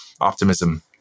optimism